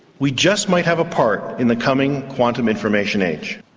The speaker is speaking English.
we just might have a part in the coming quantum information age.